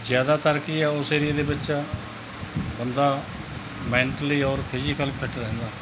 ਜ਼ਿਆਦਾਤਰ ਕੀ ਹੈ ਉਸ ਏਰੀਏ ਦੇ ਵਿੱਚ ਬੰਦਾ ਮੈਂਟਲੀ ਓਰ ਫਿਜ਼ੀਕਲ ਫਿੱਟ ਰਹਿੰਦਾ